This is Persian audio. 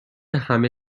همه